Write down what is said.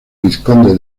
vizconde